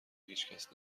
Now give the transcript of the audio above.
هیچکس